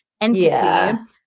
entity